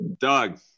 Doug